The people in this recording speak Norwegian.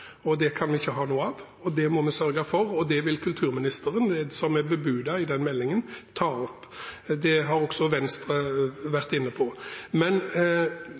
Det kan vi ikke ha noe av, og det må vi sørge for, og det vil kulturministeren, i den meldingen som er bebudet, ta opp. Det har også Venstre vært inne på.